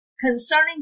Concerning